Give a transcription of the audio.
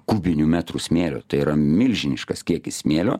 kubinių metrų smėlio tai yra milžiniškas kiekis smėlio